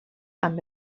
amb